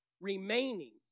remaining